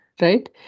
right